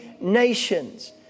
nations